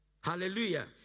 Hallelujah